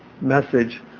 message